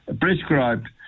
prescribed